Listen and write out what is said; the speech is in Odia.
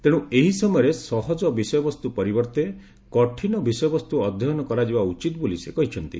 ତେଣୁ ଏହି ସମୟରେ ସହଜ ବିଷୟବସ୍ତୁ ପରିବର୍ତ୍ତେ କଠିନ ବିଷୟବସ୍ତୁ ଅଧ୍ୟୟନ କରାଯିବା ଉଚିତ ବୋଲି ସେ କହିଛନ୍ତି